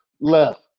Left